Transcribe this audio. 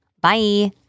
Bye